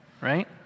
Right